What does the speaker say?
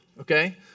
okay